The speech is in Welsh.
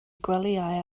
gwelyau